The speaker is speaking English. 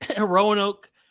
Roanoke